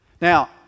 now